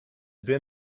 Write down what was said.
been